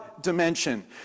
dimension